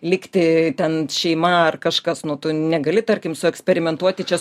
likti ten šeima ar kažkas nu tu negali tarkim su eksperimentuoti čia